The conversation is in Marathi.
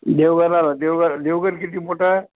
देवघराला देवघर देवघर किती मोठं आहे